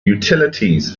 utilities